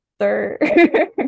sir